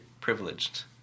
privileged